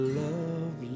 love